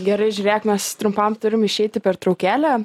gerai žiūrėk mes trumpam turim išeiti į pertraukėlę